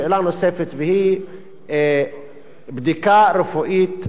והיא בדיקה רפואית מבחוץ,